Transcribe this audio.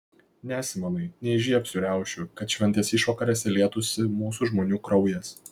ne simonai neįžiebsiu riaušių kad šventės išvakarėse lietųsi mūsų žmonių kraujas